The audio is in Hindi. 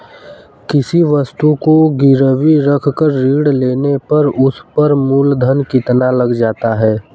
किसी वस्तु को गिरवी रख कर ऋण लेने पर उस पर मूलधन कितना लग जाता है?